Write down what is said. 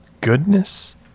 goodness